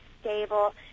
stable